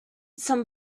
some